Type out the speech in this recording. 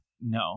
No